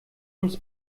uns